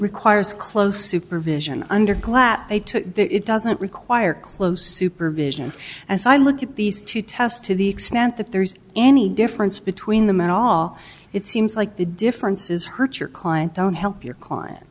requires close supervision under glass eye to it doesn't require close supervision as i look at these two tests to the extent that there's any difference between them at all it seems like the difference is hurt your client don't help your client